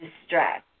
distress